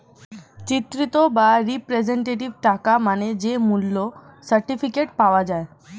চিত্রিত বা রিপ্রেজেন্টেটিভ টাকা মানে যে মূল্য সার্টিফিকেট পাওয়া যায়